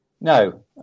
No